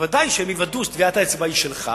ודאי הם יוודאו שטביעת האצבע היא שלך,